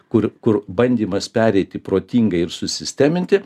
kur kur bandymas pereiti protingai ir susisteminti